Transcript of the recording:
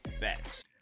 bets